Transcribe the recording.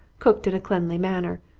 cooked in a cleanly manner.